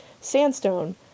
sandstone